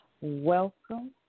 Welcome